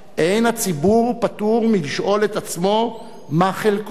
אין הציבור פטור מלשאול את עצמו מה חלקו בכך,